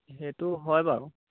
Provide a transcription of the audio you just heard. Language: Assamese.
সেইটো হয় বাৰু